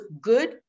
good